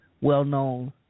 well-known